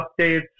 updates